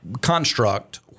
construct –